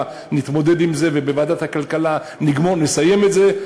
נתמודד עם זה ובוועדת הכלכלה נסיים את זה,